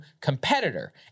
competitor